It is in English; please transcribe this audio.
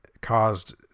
caused